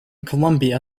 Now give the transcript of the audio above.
colombia